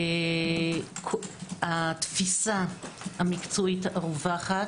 התפיסה המקצועית הרווחת,